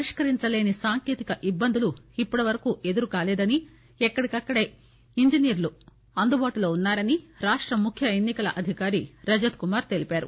పరిష్కరించలేని సాంకేతిక ఇబ్బందులు ఇప్పటివరకు ఎదురుకాలేదని ఎక్కడికక్కడే ఇంజనీర్లు అందుబాటులో ఉన్నా రని రాష్ట ముఖ్య ఎన్ని కల అధికారి రజత్కుమార్ తెలిపారు